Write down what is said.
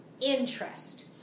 interest